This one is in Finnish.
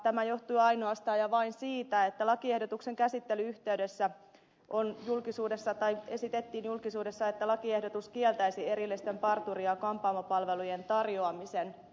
tämä johtui ainoastaan ja vain siitä että lakiehdotuksen käsittelyn yhteydessä esitettiin julkisuudessa että lakiehdotus kieltäisi erillisten parturi ja kampaamopalvelujen tarjoamisen